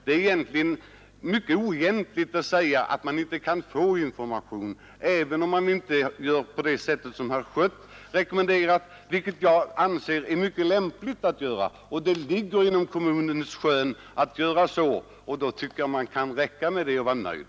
Det är mycket oegentligt att säga att man inte kan få information, även om den inte ges på det sätt som herr Schött rekommenderar — vilket jag anser är mycket lämpligt att göra. Det ligger också i kommunens skön att göra så, och då tycker jag att man kan vara nöjd.